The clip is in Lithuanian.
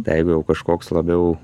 jeigu jau kažkoks labiau